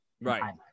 Right